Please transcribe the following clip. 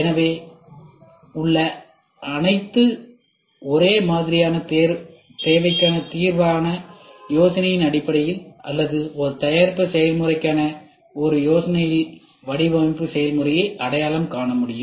ஏற்கனவே உள்ள அல்லது ஒரே மாதிரியான தேவைக்கான தீர்வுக்கான யோசனையின் அடிப்படையில் அல்லது ஒரு தயாரிப்பு செயல்முறைக்கான ஒரு யோசனையிலிருந்து வடிவமைப்பு செயல்முறையை அடையாளம் காண முடியும்